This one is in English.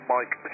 Mike